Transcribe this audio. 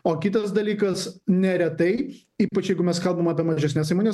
o kitas dalykas neretai ypač jeigu mes kalbam apie mažesnes įmones